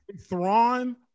Thrawn